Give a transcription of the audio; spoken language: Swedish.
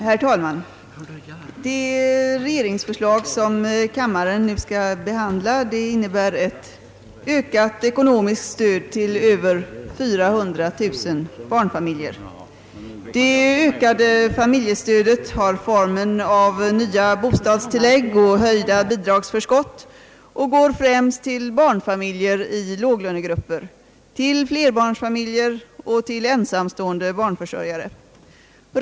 Herr talman! Det regeringsförslag som kammaren nu skall behandla innebär ett ökat ekonomiskt stöd till över 400 000 barnfamiljer. Det ökade familjestödet har formen av nya bostadstilllägg och höjda bidragsförskott och går främst till barnfamiljer i låglönegrupperna, till flerbarnsfamiljer och till ensamstående <barnförsörjare.